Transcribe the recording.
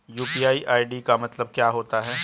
UPI ID का मतलब क्या होता है?